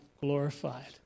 glorified